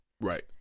Right